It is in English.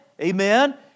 amen